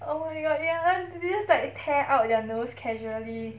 oh my god ya they just like tear out their nose casually